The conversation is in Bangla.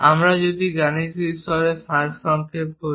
আমরা যদি গাণিতিক স্তরে সারসংক্ষেপ করি